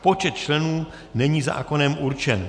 Počet členů není zákonem určen.